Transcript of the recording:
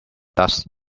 dust